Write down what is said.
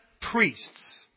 priests